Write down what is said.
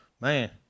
man